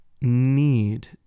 need